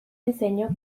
diseño